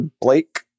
Blake